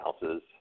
houses